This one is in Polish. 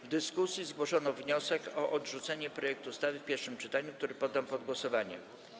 W dyskusji zgłoszono wniosek o odrzucenie projektu ustawy w pierwszym czytaniu, który poddam pod głosowanie.